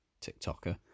TikToker